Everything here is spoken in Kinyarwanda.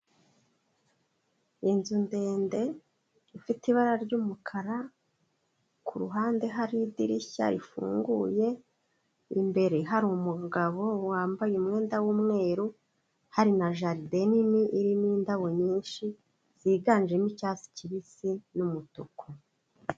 Inzu ndende ifite ibara ry'umukara ku ruhande hari idirishya rifunguye, imbere hari umugabo wambaye umwenda w'umweru, hari na jaride nini irimo indabo nyinshi, ziganjemo icyatsi kibisi n'umutuku.